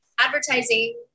advertising